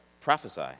prophesy